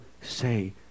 say